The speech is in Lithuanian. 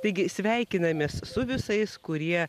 taigi sveikinamės su visais kurie